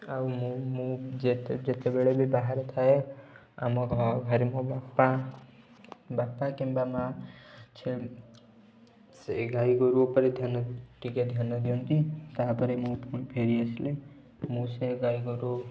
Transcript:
ଆଉ ମୁଁ ମୁଁ ଯେତେବେଳେ ବି ବାହାରେ ଥାଏ ଆମ ଘରେ ମୋ ବାପା ବାପା କିମ୍ବା ମାଆ ସେ ସେଇ ଗାଈଗୋରୁ ଉପରେ ଧ୍ୟାନ ଟିକେ ଧ୍ୟାନ ଦିଅନ୍ତି ତା'ପରେ ମୁଁ ଫେରି ଆସିଲେ ମୁଁ ସେ ଗାଈ ଗୋରୁ